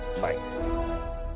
Bye